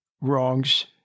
wrongs